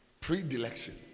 predilection